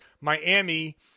Miami